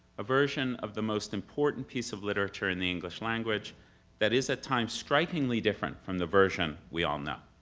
a version of the most important piece of literature in the english language that is at times strikingly different from the version we all know.